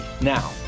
Now